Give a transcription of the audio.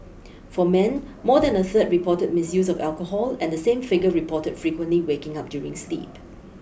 for men more than a third reported misuse of alcohol and the same figure reported frequently waking up during sleep